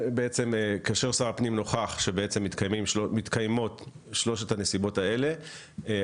כאשר שר הפנים נוכח שמתקיימות שלושת הנסיבות האלה,